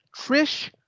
Trish